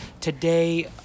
Today